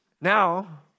Now